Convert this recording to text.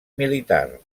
militar